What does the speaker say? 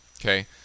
Okay